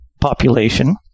population